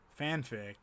fanfic